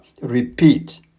repeat